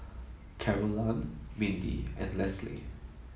Carolann Mindi and Lesley